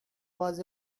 was